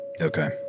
Okay